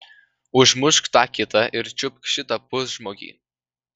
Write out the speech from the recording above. užmušk tą kitą ir čiupk šitą pusžmogį